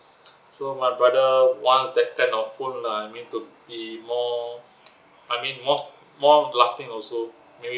so my brother wants that kind of phone lah I mean to be more I mean more more lasting also maybe